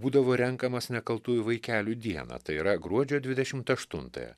būdavo renkamas nekaltųjų vaikelių dieną tai yra gruodžio dvidešimt aštuntąją